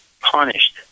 punished